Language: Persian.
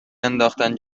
انداختن